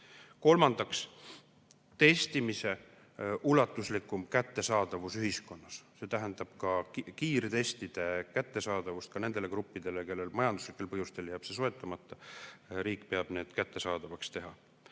Kolmandaks, testimise ulatuslikum kättesaadavus ühiskonnas. See tähendab kiirtestide kättesaadavust ka nendele gruppidele, kellel majanduslikel põhjustel jäävad need soetamata. Riik peab need kättesaadavaks tegema.